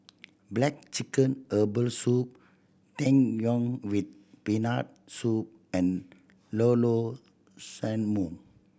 black chicken herbal soup Tang Yuen with Peanut Soup and Llao Llao Sanum